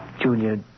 Junior